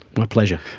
my pleasure.